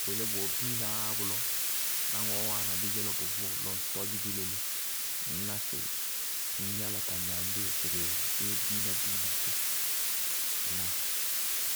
bʋ yelé bʋwɛ biinaá yá bʋlɔ, ná ŋɔɔ wáana bí dzé lɔ bʋvʋʋ lɔ ŋ tɔdzɩ bí léle, ŋñná sɩ ŋñ yála ka gnaŋ bí okerere, bʋyɛ biina-biina ké. Ŋnáa?